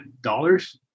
Dollars